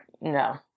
no